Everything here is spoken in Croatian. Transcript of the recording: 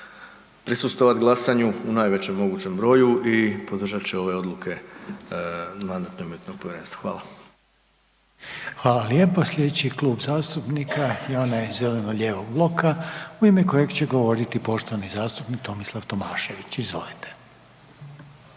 prisustvovati glasanju u najvećem mogućem broju i podržat će ove odluke Mandatno-imunitetnog povjerenstva. Hvala. **Reiner, Željko (HDZ)** Hvala lijepo. Sljedeći klub zastupnika je onaj zeleno-lijevog bloka u ime kojeg će govoriti poštovani zastupnik Tomislav Tomašević. Izvolite.